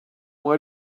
why